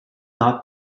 not